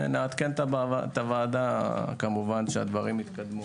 נעדכן את הוועדה כשהדברים יתקדמו.